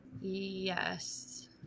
Yes